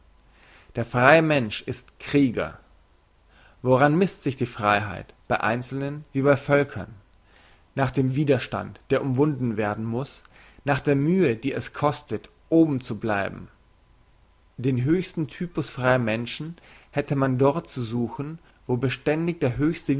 der freie mensch ist krieger wonach misst sich die freiheit bei einzelnen wie bei völkern nach dem widerstand der überwunden werden muss nach der mühe die es kostet oben zu bleiben den höchsten typus freier menschen hätte man dort zu suchen wo beständig der höchste